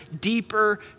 deeper